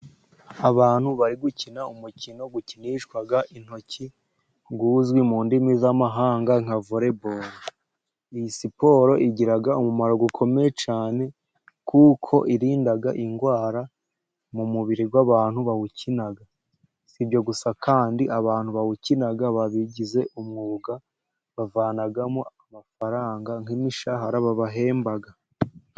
Abantu bari gukina umukino ukinishwa intoki uzwi mu ndimi z'amahanga nka volebolo. Iyi siporo igira umumaro ukomeye cyane ,kuko irinda indwara mu mubiri w'abantu bawukina, si ibyo gusa kandi abantu bawukina babigize umwuga, bavanamo amafaranga nk'imishahara babahemba.